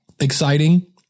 exciting